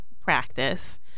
practice